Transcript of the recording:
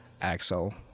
Axel